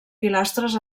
pilastres